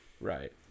Right